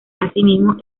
asimismo